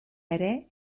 ere